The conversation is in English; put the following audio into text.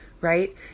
right